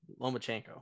Lomachenko